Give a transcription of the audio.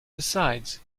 besides